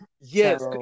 Yes